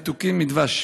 מתוקים מדבש,